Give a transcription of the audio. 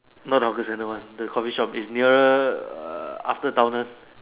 not the hawker centre one the coffee shop is nearer after town one